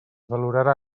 valorarà